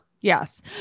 Yes